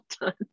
done